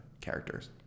characters